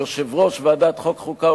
ליושב-ראש ועדת החוקה,